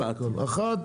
זו אותה טענה.